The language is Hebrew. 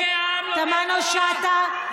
חברת הכנסת תמנו-שטה,